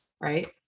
Right